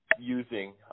using